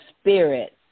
spirit